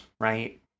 right